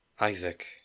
Isaac